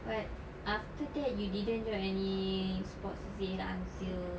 but after that you didn't join any sports C_C_A until